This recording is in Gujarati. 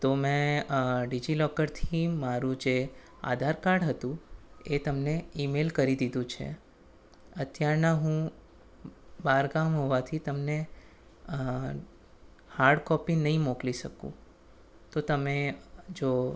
તો મેં ડિજિલોકરથી મારું જે આધાર કાર્ડ હતું એ તમને ઈમેલ કરી દીધું છે અત્યારના હું બહાર ગામ હોવાથી તમને હાર્ડ કોપી નહીં મોકલી શકું તો તમે જો